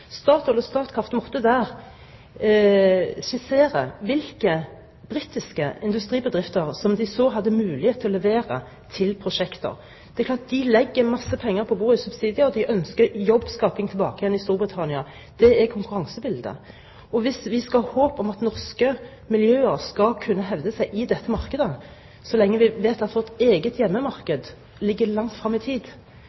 Statoil og Statkraft måtte der skissere hvilke britiske industribedrifter som de så hadde mulighet til å levere til prosjekter. Det er klart at de legger masse penger på bordet i subsidier, og de ønsker jobbskaping tilbake igjen i Storbritannia. Det er konkurransebildet. Hvis vi skal ha håp om at norske miljøer skal kunne hevde seg i dette markedet – så lenge vi vet at vårt eget